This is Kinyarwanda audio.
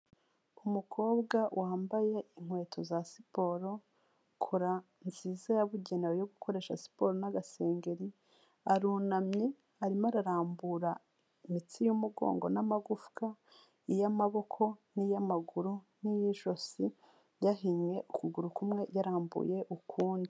Umukobwa wambaye inkweto za siporo, kora nziza yabugenewe yo gukoresha siporo n'agasengeri, arunamye arimo ararambura imitsi y'umugongo n'amagufwa, iy'amaboko n'iy'amaguru n'iy'ijosi, yahinnye ukuguru kumwe, yarambuye ukundi.